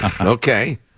okay